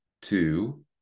two